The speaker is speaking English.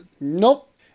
Nope